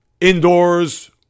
indoors